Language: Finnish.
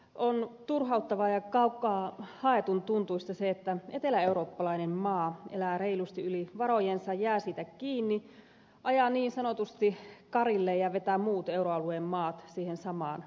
on turhauttavaa ja kaukaa haetun tuntuista että eteläeurooppalainen maa elää reilusti yli varojensa jää siitä kiinni ajaa niin sanotusti karille ja vetää muut euroalueen maat siihen samaan lokaan mukaan